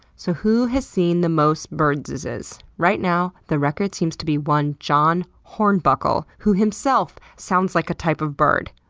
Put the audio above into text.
so who has seen the most birdseses? right now, the record seems to be one jon hornbuckle, who himself sounds like a type of bird.